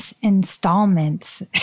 installments